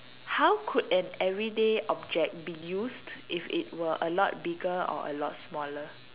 how could an everyday object be used if it were a lot bigger or a lot smaller